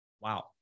Wow